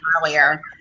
earlier